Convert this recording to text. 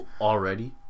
already